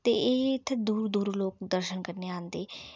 ते एह इत्थै दूरा दूरा लोक दर्शन करन आंदे